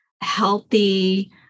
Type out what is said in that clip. healthy